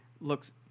looks